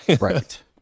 Right